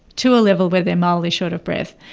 to a level where they are mildly short of breath.